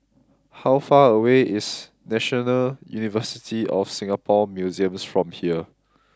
how far away is National University of Singapore Museums from here